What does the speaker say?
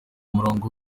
murongo